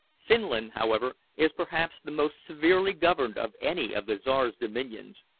finland, however, is perhaps the most severely governed of any of the czar's dominions,